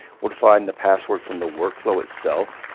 we'll define the password from the workflow itself.